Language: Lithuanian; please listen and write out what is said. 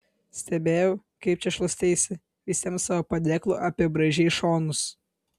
stebėjau kaip čia šlaisteisi visiems savo padėklu apibraižei šonus